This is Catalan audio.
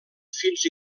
fins